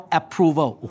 approval